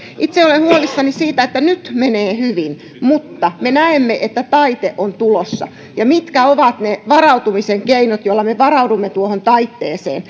itse olen huolissani siitä että nyt menee hyvin mutta me näemme että taite on tulossa mitkä ovat ne varautumisen keinot joilla me varaudumme tuohon taitteeseen